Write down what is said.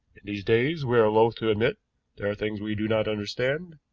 in these days we are loath to admit there are things we do not understand.